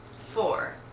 Four